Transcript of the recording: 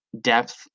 depth